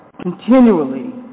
continually